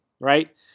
right